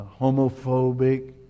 homophobic